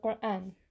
Qur'an